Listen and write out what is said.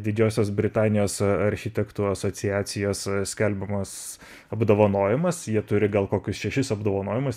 didžiosios britanijos architektų asociacijos skelbiamas apdovanojimas jie turi gal kokius šešis apdovanojimus